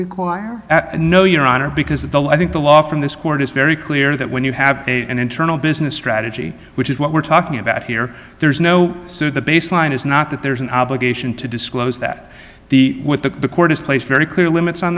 require no your honor because the law i think the law from this court is very clear that when you have a an internal business strategy which is what we're talking about here there is no suit the baseline is not that there is an obligation to disclose that the what the court has placed very clear limits on